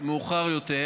מאוחר יותר.